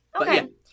Okay